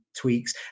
tweaks